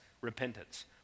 repentance